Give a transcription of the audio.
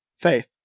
Faith